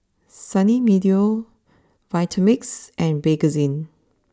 Sunny Meadow Vitamix and Bakerzin